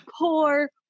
poor